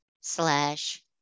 slash